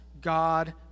God